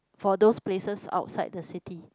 for those places outside the city